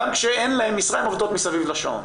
גם כשאין להן משרה הן עובדות מסביב לשעון.